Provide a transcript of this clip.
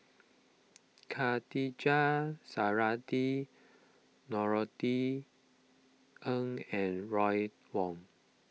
Khatijah Surattee Norothy Ng and Ron Wong